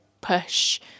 push